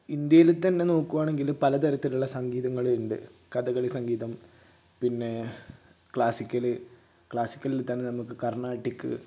ഇന്ത്യയിൽ തന്നെ നോക്കുവാണെങ്കില് പല തരത്തിലുള്ള സംഗിതങ്ങള്ണ്ട് കഥകളി സംഗീതം പിന്നെ ക്ലാസിക്കല് ക്ലാസിക്കലിൽ തന്നെ നമുക്ക് കർണാട്ടിക്